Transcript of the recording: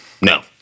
No